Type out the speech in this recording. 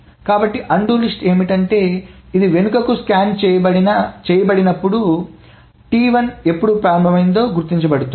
కాబట్టి undo list ఏమిటంటే ఇది వెనుకకు స్కాన్ చేయబడినప్పుడు ప్రారంభం T4 గుర్తించబడుతోంది